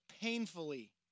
painfully